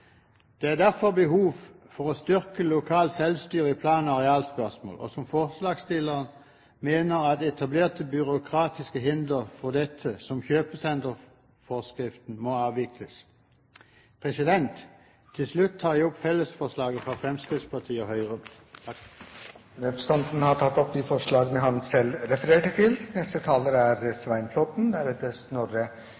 Det er derfor behov for å styrke lokalt selvstyre i plan- og arealspørsmål, og forslagsstillerne mener at etablerte byråkratiske hindre for dette, som kjøpesenterforskriften, må avvikles. Til slutt tar jeg opp forslaget fra Fremskrittspartiet og Høyre. Representanten Henning Skumsvoll har tatt opp det forslaget han refererte til.